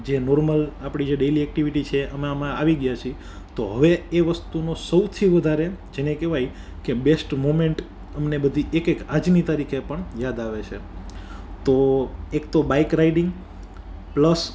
જે નોર્મલ આપડી જે ડેલી એક્ટિવિટી છે એમાં અમે આવી ગ્યાં છીએ તો હવે એ વસ્તુનો સૌથી વધારે જેને કેવાય કે બેસ્ટ મુમેન્ટ અમને બધી એક એક આજની તારીખે પણ યાદ આવે છે તો એક તો બાઈક રાઈડિંગ પ્લસ